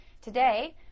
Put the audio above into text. Today